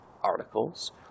articles